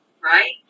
right